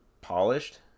polished